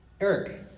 Eric